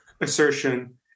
assertion